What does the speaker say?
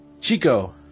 Chico